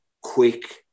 quick